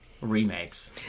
remakes